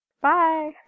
Bye